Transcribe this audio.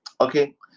Okay